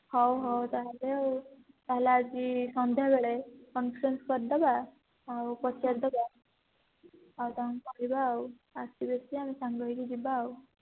ହଉ ହଉ ତା'ହେଲେ ଆଉ ତା'ହେଲେ ଆଜି ସନ୍ଧ୍ୟା ବେଳେ କନ୍ଫରେନ୍ସ କରିଦେବା ଆଉ ପଚାରି ଦେବା ଆଉ ତାଙ୍କୁ କହିବା ଆଉ ଆସିବେ ସେ ଆମେ ସାଙ୍ଗ ହୋଇକି ଯିବା ଆଉ